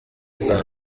bwa